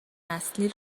نسلی